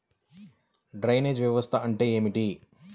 Drainage వ్యవస్థ అంటే ఏమిటి?